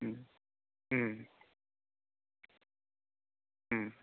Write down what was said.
ம் ம் ம்